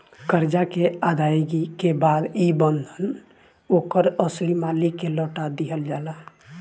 करजा के अदायगी के बाद ई बंधन ओकर असली मालिक के लौटा दिहल जाला